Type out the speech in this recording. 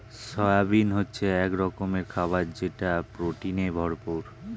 soybean হচ্ছে এক রকমের খাবার যেটা প্রোটিনে ভরপুর